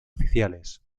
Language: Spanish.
oficiales